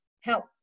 help